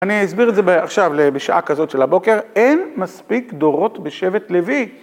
אני אסביר את זה עכשיו בשעה כזאת של הבוקר. אין מספיק דורות בשבט לוי.